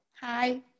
Hi